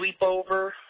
sleepover